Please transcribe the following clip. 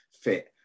fit